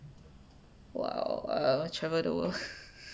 !wow! err wanna travel the world